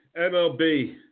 MLB